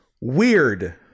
weird